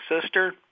sister